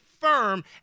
firm